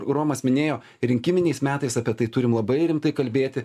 romas minėjo rinkiminiais metais apie tai turim labai rimtai kalbėti